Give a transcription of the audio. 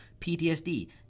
PTSD